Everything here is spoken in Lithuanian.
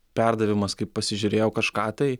perdavimas kaip pasižiūrėjau kažką tai